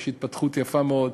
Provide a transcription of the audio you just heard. יש התפתחות יפה מאוד.